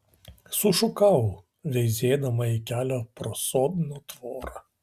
sušukau veizėdama į kelią pro sodno tvorą